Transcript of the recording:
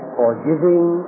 forgiving